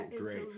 great